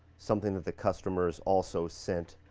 something that the customers also sent.